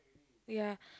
ya